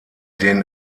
den